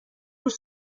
روز